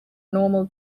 normal